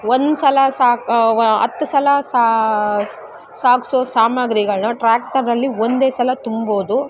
ಒಂದು ಸಲ ಸಾಗ ಹತ್ ಸಲ ಸಾಗಿಸೋ ಸಾಮಗ್ರಿಗಳನ್ನ ಟ್ರ್ಯಾಕ್ಟರಲ್ಲಿ ಒಂದೇ ಸಲ ತುಂಬೋದು